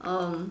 um